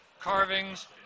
carvings